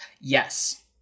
yes